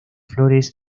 flores